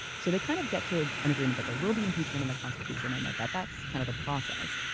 so they kind of get to ah an agreement that there will be impeachment in the constitution. and that that that's kind of the process.